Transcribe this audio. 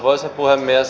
arvoisa puhemies